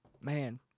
Man